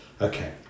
Okay